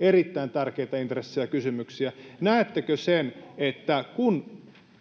erittäin tärkeitä intressejä ja kysymyksiä: näettekö, että kun